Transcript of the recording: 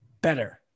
better